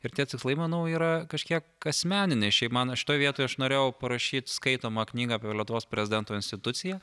ir tie tikslai manau yra kažkiek asmeniniai šiaip mano šitoj vietoj aš norėjau parašyt skaitomą knygą apie lietuvos prezidento instituciją